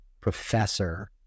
professor